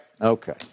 Okay